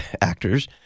actors